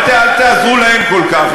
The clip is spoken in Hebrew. אל תעזרו להם כל כך.